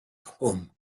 home